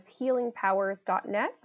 healingpowers.net